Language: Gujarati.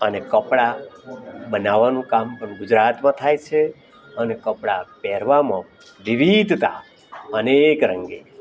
અને કપડા બનાવવાનું કામ પણ ગુજરાતમાં થાય છે અને કપડા પહેરવામાં વિવિધતા અનેક રંગે